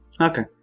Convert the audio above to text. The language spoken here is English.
Okay